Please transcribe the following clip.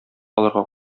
алырга